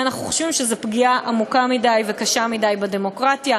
אנחנו חושבים שזאת פגיעה עמוקה מדי וקשה מדי בדמוקרטיה.